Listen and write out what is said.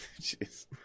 jeez